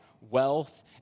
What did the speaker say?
wealth